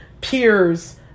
peers